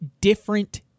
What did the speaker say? different